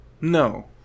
no